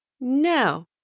No